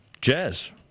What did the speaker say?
Jazz